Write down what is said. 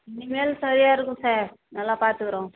இனிமேல் சரியாக இருக்கும் சார் நல்லா பார்த்துக்கறோம்